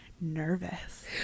nervous